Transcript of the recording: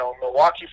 Milwaukee